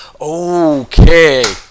okay